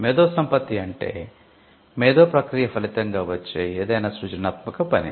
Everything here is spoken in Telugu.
మేధో సంపత్తి అంటే మేధో ప్రక్రియ ఫలితంగా వచ్చే ఏదైనా సృజనాత్మక పని